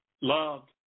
Loved